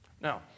Now